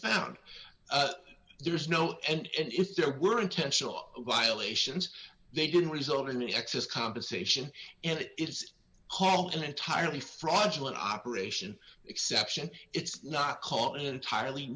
found there is no and if there were intentional violations they didn't result in excess compensation and it is called an entirely fraudulent operation exception it's not caught entirely